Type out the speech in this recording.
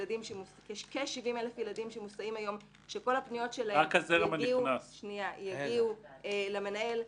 ילדים שמוסעים היום שכל הפניות שלהם יגיעו למנהל,